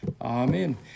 Amen